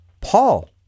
Paul